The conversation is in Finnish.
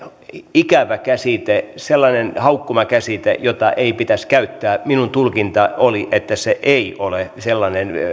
ikävä käsite sellainen haukkumakäsite jota ei pitäisi käyttää minun tulkintani oli että se ei ole sellainen